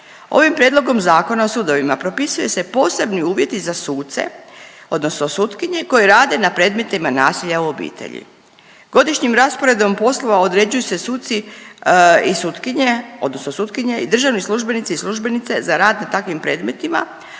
Ovim prijedlogom Zakona o sudovima propisuju se posebni uvjeti za suce odnosno sutkinje koje rade na predmetima nasilja u obitelji. Godišnjim rasporedom poslova određuju se suci i sutkinje odnosno sutkinje i državni službenici i službenice za rad na takvim predmetima,